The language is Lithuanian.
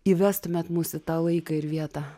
įvestumėt mus į tą laiką ir vietą